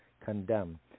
condemn